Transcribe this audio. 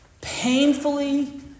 painfully